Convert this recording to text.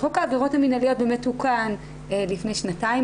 חוק העבירות המינהליות באמת תוקן לפני שנתיים,